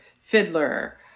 fiddler